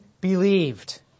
believed